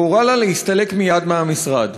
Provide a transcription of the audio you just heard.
והורה לה להסתלק מייד מהמשרד.